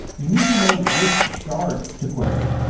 you need to know which shard to query.